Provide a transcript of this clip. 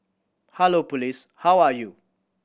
hello police how are you